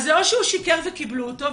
אז זה או שהוא שיקר וקיבלו אותו,